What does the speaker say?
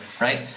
Right